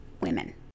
women